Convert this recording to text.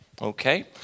Okay